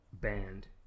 band